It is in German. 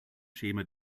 schäme